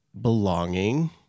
Belonging